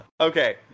Okay